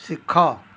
ଶିଖ